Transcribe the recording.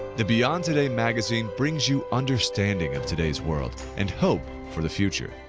the beyond today magazine brings you understanding of today's world and hope for the future.